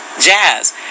Jazz